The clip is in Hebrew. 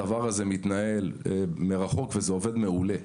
הדבר הזה מתנהל מרחוק וזה עובד מעולה.